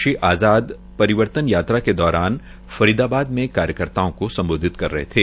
श्री आज़ाद परिवर्तन यात्रा के दौरान फरीदाबाद में कार्यकर्ताओं को सम्बोधित कर रहे थे